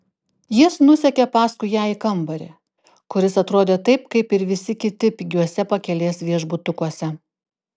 jis nusekė paskui ją į kambarį kuris atrodė taip kaip ir visi kiti pigiuose pakelės viešbutukuose